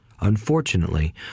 unfortunately